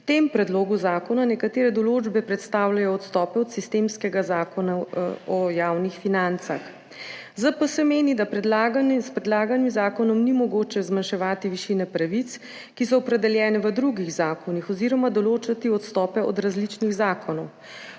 v tem predlogu zakona nekatere določbe predstavljajo odstope od sistemskega zakona, Zakona o javnih financah. ZPS meni, da s predlaganim zakonom ni mogoče zmanjševati višine pravic, ki so opredeljene v drugih zakonih, oziroma določati odstopov od različnih zakonov.